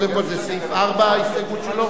לסעיף 4 ההסתייגות שלו?